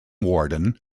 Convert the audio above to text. warden